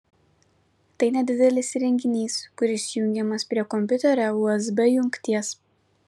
tai nedidelis įrenginys kuris jungiamas prie kompiuterio usb jungties